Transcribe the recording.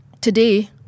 today